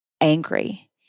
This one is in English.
angry